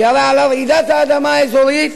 כי הרי על רעידת האדמה האזורית